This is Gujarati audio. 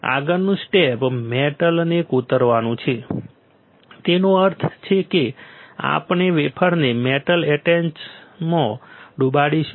આગળનું સ્ટેપ મેટલને કોતરવાનું છે તેનો અર્થ છે કે આપણે વેફરને મેટલ એચન્ટમાં ડૂબાડીશું